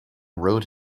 rode